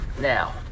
Now